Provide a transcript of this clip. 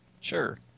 Sure